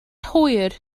hwyr